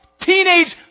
teenage